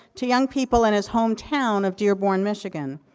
to young people in his hometown of dearborn, michigan.